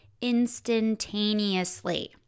instantaneously